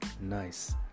nice